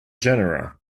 genera